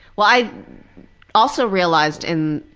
well, i also realized in,